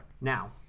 Now